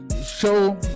Show